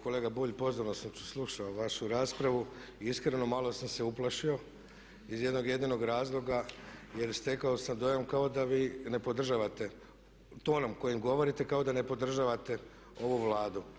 Kolega Bulj, pozorno sam slušao vašu raspravu i iskreno malo sam se uplašio iz jednog jedinog razloga jer stekao sam dojam kao da vi ne podržavate tonom kojim govorite kao da ne podržavate ovu Vladu.